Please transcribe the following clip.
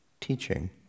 teaching